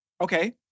Okay